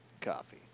coffee